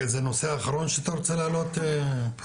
זה הנושא האחרון שאתה רוצה להעלות פריד?